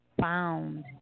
found